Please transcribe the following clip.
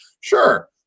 Sure